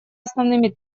основными